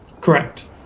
Correct